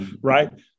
Right